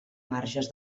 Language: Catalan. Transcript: marges